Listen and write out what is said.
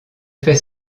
fait